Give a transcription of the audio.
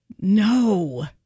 no